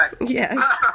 Yes